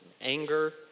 anger